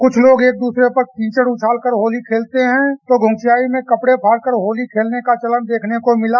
कुछ लोग एक दूसरे पर कीचड़ उछाल कर होली खेलते हफु तो घुंघचाई में कपड़े फाड़कर होली ँखेलने का चलन देखने को मिला